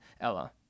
Ella